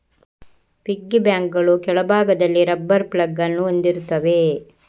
piggy ಬ್ಯಾಂಕುಗಳು ಕೆಳಭಾಗದಲ್ಲಿ rubber plug ಅನ್ನು ಹೊಂದಿರುತ್ತವೆ